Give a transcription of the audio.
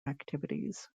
activities